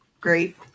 Great